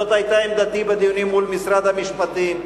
זאת היתה עמדתי בדיונים מול משרד המשפטים,